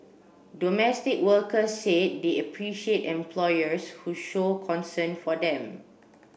domestic workers said they appreciate employers who show concern for them